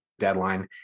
deadline